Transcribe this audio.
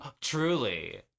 Truly